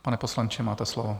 Pane poslanče, máte slovo.